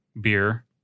beer